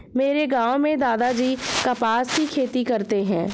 मेरे गांव में दादाजी कपास की खेती करते हैं